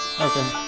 Okay